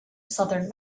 southern